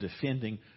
defending